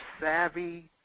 savvy